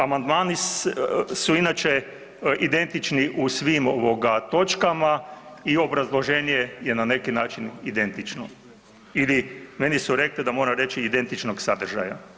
Amandmani su inače identični u svim točkama i obrazloženje je na neki način identično ili meni su rekli da moram reći identičnog sadržaja.